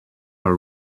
are